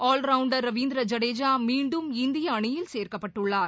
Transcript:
all-rounder Ravindra Jadeja மீண்டும் இந்திய அணியில் சேர்க்கப்பட்டுள்ளார்